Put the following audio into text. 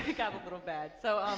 ah got a little bad. so,